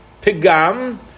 Pigam